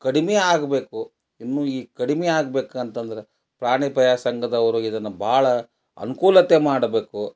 ಕಡಿಮೆ ಆಗಬೇಕು ಇನ್ನೂ ಈ ಕಡಿಮೆ ಆಗ್ಬೇಕು ಅಂತಂದ್ರೆ ಪ್ರಾಣಿದಯಾ ಸಂಘದವರು ಇದನ್ನು ಭಾಳ ಅನುಕೂಲತೆ ಮಾಡಬೇಕು